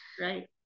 Right